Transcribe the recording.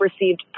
received